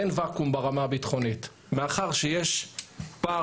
אין ואקום ברמה הביטחונית מאחר שיש פער